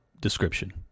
description